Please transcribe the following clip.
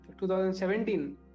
2017